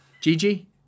Gigi